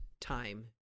time